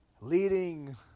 leading